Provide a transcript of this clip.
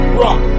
rock